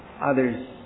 others